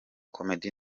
comedy